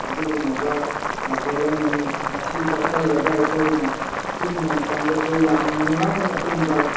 ꯑꯗꯨꯒꯨꯝꯂꯕ ꯃꯊꯦꯜ ꯑꯃꯅꯤ ꯃꯁꯤ ꯆꯥꯁꯤꯜꯂꯒ ꯑꯈꯣꯏꯅ ꯇꯨꯝꯕ ꯃꯇꯝꯗꯁꯨ ꯌꯥꯝꯅ ꯅꯨꯡꯉꯥꯏꯅ ꯇꯨꯝꯕ